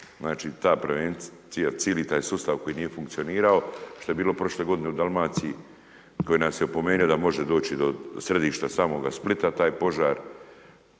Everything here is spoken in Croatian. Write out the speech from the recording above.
je ta prevencija, cijeli taj sustav koji nije funkcionirao, što je bilo prošle g. u Dalmaciji, koji nas je opomenuo da može doći do središta samog Splita taj požara.